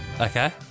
Okay